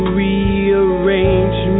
rearrange